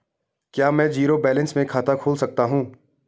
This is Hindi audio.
क्या में जीरो बैलेंस से भी खाता खोल सकता हूँ?